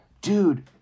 Dude